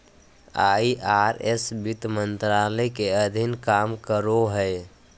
IRS वित्त मंत्रालय के अधीन काम करो हय